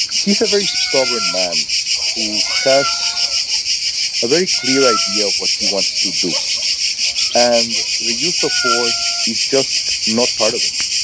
he's a very stubborn man who has a very clear idea of what he wants to do and the use of force is just not part of it.